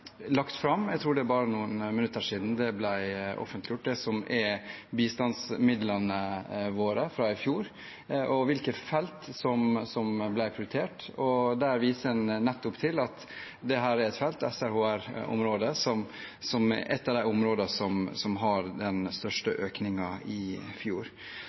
offentliggjort – hva som er bistandsmidlene våre fra i fjor, og hvilke felt som ble prioritert. Der viser en nettopp til at SRHR-området er et av de områdene som hadde den største økningen i fjor. Fra regjeringens side har man altså økt støtten til seksuell og reproduktiv helse og rettigheter, i